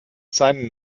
seinen